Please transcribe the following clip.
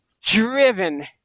driven